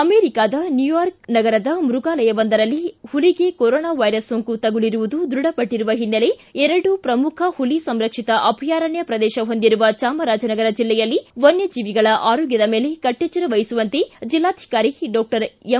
ಅಮೇರಿಕಾದ ನ್ಯೂಯಾರ್ಕ್ ನಗರದ ಮೃಗಾಲಯವೊಂದರಲ್ಲಿ ಹುಲಿಗೆ ಕೊರೊನಾ ವೈರಸ್ ಸೋಂಕು ತಗುಲಿರುವುದು ದೃಢಪಟ್ಟರುವ ಹಿನ್ನೆಲೆ ಎರಡು ಪ್ರಮುಖ ಪುಲಿ ಸಂರಕ್ಷಿತ ಅಭಯಾರಣ್ಣ ಪ್ರದೇಶ ಹೊಂದಿರುವ ಚಾಮರಾಜನಗರ ಜಿಲ್ಲೆಯಲ್ಲೂ ವನ್ನಜೀವಿಗಳ ಆರೋಗ್ದದ ಮೇಲೆ ಕಟ್ಟೆಚ್ಚರ ವಹಿಸುವಂತೆ ಜಿಲ್ಲಾಧಿಕಾರಿ ಡಾಕ್ವರ್ ಎಂ